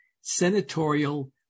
senatorial